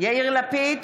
יאיר לפיד,